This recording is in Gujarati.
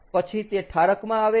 પછી તે ઠારકમાં આવે છે